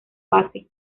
base